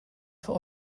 für